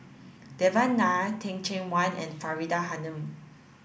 Devan Nair Teh Cheang Wan and Faridah Hanum